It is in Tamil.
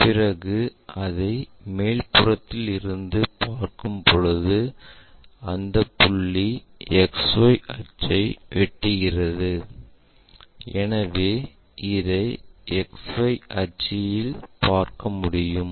பிறகு அதை மேல் புறத்தில் இருந்து பார்க்கும் பொழுது அந்த புள்ளி XY அச்யை வெட்டுகிறது எனவே இதை XY அச்சுயில் பார்க்க முடியும்